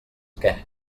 què